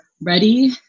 ready